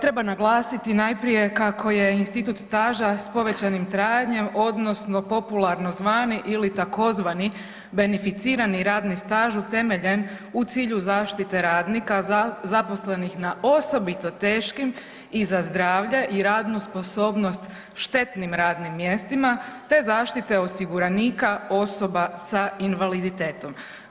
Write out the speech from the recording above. Treba naglasiti najprije kako je institut staža s povećanim trajanjem odnosno popularno zvani ili tzv. beneficirani radni staž utemeljen u cilju zaštite radnika zaposlenih na osobito teškim i za zdravlje i radnu sposobnost štetnim radnim mjestima te zaštite osiguranika osoba s invaliditetom.